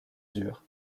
dur